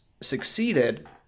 succeeded